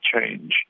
change